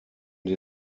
den